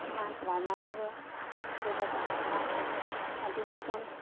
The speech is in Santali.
ᱚᱱᱟ ᱯᱨᱟᱭᱢᱟᱨᱤ ᱨᱮ ᱦᱟᱭ ᱤᱥᱠᱩᱞ ᱨᱮ ᱯᱟᱲᱦᱟᱣ ᱯᱟᱲᱦᱟᱣ ᱛᱮ ᱟᱹᱰᱤ ᱞᱮᱠᱟᱱ